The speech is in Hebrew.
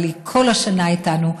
אבל כל השנה היא איתנו,